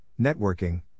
networking